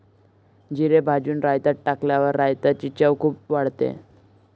जिरे भाजून रायतात टाकल्यावर रायताची चव खूप वाढते